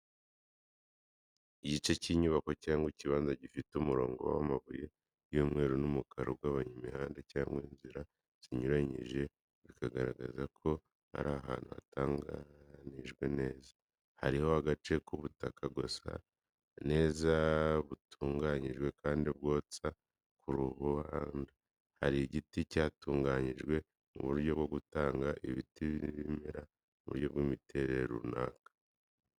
Igice cy’inyubako cyangwa ikibanza gifite umurongo w’amabuye y’umweru n’umukara ugabanya imihanda cyangwa inzira zinyuranyije bikagaragaza ko ari ahantu hatunganijwe neza. Hariho agace k’ubutaka gasa neza butunganyijwe kandi bwotsa ku karubanda, hariho igiti cyatunganyijwe mu buryo bwo gukata ibiti n’ibimera mu buryo bw’imiterere runaka, hano hari igiti gifite ishusho y’icyumba cy’ibyatsi cyateguwe neza.